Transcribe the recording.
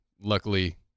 luckily